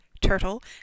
turtle